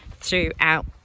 throughout